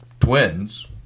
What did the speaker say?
twins